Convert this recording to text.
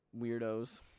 weirdos